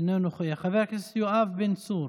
אינו נוכח, חבר הכנסת יואב בן צור,